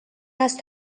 است